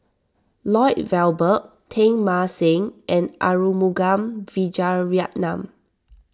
Lloyd Valberg Teng Mah Seng and Arumugam Vijiaratnam